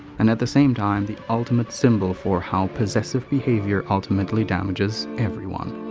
and at the same time the ultimate symbol for how possessive behavior ultimately damages. everyone.